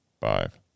five